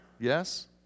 yes